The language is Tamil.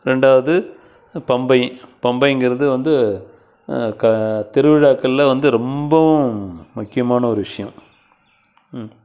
ரெண்டாவது பம்பை பம்பைங்கறது வந்து க திருவிழாக்களில் வந்து ரொம்பவும் முக்கியமான ஒரு விஷயோம்